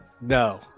no